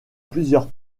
plusieurs